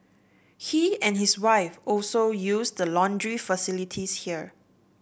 he and his wife also use the laundry facilities there